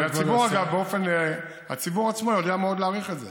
והציבור עצמו, אגב, יודע מאוד להעריך את זה.